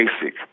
basic